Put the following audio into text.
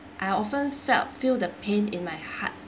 I often felt feel the pain in my heart